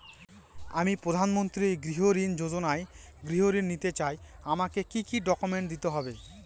আমি প্রধানমন্ত্রী গৃহ ঋণ যোজনায় গৃহ ঋণ নিতে চাই আমাকে কি কি ডকুমেন্টস দিতে হবে?